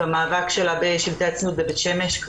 במאבק שלה בשלטים בבית שמש.